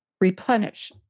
replenish